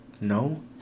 No